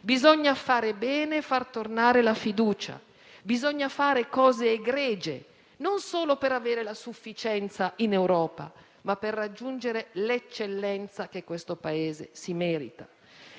Bisogna fare bene e far tornare la fiducia; bisogna fare cose egregie, non solo per avere la sufficienza in Europa, ma per raggiungere l'eccellenza che questo Paese si merita.